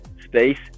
space